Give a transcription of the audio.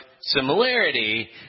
similarity